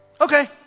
Okay